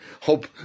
Hope